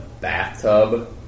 bathtub